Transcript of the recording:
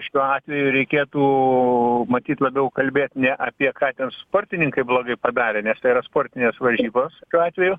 šituo atveju reikėtų matyt labiau kalbėt ne apie ką ten sportininkai blogai padarė nes tai yra sportinės varžybos šiuo atveju